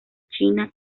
china